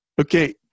okay